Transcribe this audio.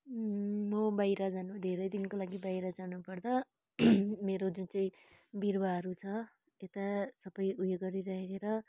म बाहिर जानु धेरै दिनको लागि बाहिर जानुपर्दा मेरो जुन चाहिँ बिरुवाहरू छ त्यो त सबै उयो गरिराखेर